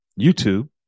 YouTube